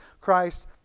Christ